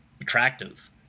attractive